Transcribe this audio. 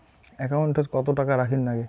একাউন্টত কত টাকা রাখীর নাগে?